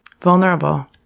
Vulnerable